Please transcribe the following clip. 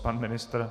Pan ministr?